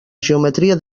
geometria